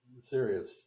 serious